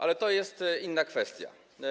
Ale to jest inna kwestia.